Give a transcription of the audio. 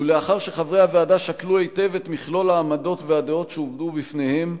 ולאחר שחברי הוועדה שקלו היטב את מכלול העמדות והדעות שהובעו בפניהם,